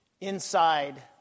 inside